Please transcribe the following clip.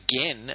again